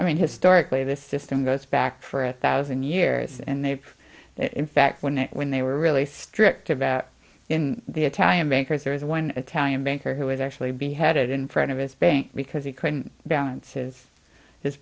i mean historically this system goes back for a thousand years and they've in fact when it when they were really strict about in the italian bankers there is one italian banker who was actually beheaded in front of his bank because he couldn't balances his